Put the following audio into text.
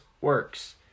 works